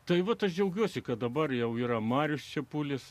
tai va tas džiaugiuosi kad dabar jau yra marius čepulis